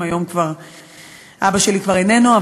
היום אבא שלי כבר איננו,